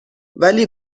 ولی